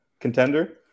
Contender